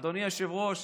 אדוני היושב-ראש,